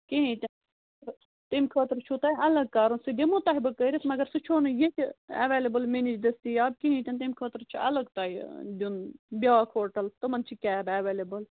کِہینٛۍ تہِ نہٕ تمہِ خٲطرٕ چھُو تۄہہِ الگ کرُن سُہ دِمو تۄہہِ بہٕ کٔرِتھ مگر سُہ چھُو نہٕ ییٚتہِ ایٚویلیبُل مےٚ نِش دٔستِاب کہیٖنٛۍ تہِ نہٕ تَمہِ خٲطرٕ چھُ الگ تۄہہِ دِیُن بیٛاکھ ہوٹل تِمن چھِ کیب ایٚویلیبُل